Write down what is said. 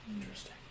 interesting